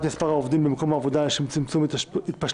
מספר העובדים במקום עבודה לשם צמצום התפשטות